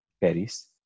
Paris